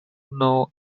known